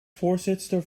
voorzitster